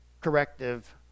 corrective